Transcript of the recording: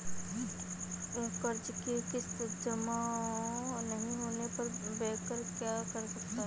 कर्ज कि किश्त जमा नहीं होने पर बैंकर क्या कर सकते हैं?